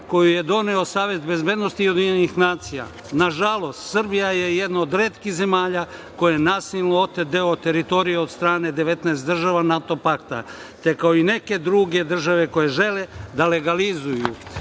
koju je doneo Savet bezbednosti UN. Nažalost, Srbija je jedna od retkih zemalja kojoj je nasilno otet deo teritorije od strane 19 država NATO pakta, te kao i neke druge države koje žele da legalizuju